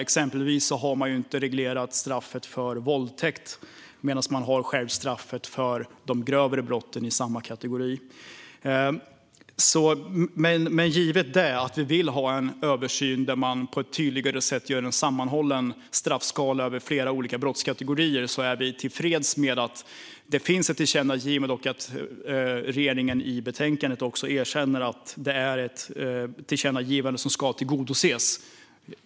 Exempelvis har man inte reglerat straffet för våldtäkt medan man har skärpt straffen för de grövre brotten i samma kategori. Givet detta att vi vill ha en översyn där man på ett tydligare sätt gör en sammanhållen straffskala för flera olika brottskategorier är vi tillfreds med att det finns ett tillkännagivande och att regeringspartierna i betänkandet medger att det är ett tillkännagivande som ska tillgodoses.